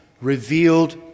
revealed